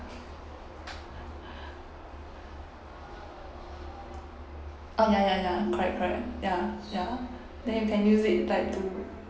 orh ya ya ya correct correct ya ya then you can use it like to